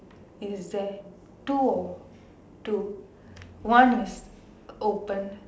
is there two or two one is open